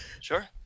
Sure